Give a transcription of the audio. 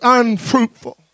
unfruitful